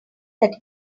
that